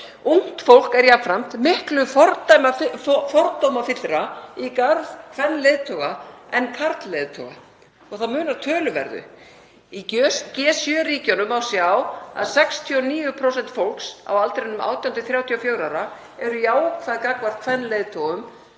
Ungt fólk er jafnframt miklu fordómafyllra í garð kvenleiðtoga en karlleiðtoga og það munar töluverðu. Í G7-ríkjunum má sjá að 69% fólks á aldrinum 18–34 ára eru jákvæð gagnvart kvenleiðtogum